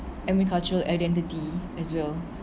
I mean culture identity as well